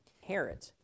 Herod